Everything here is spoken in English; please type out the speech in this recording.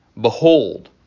behold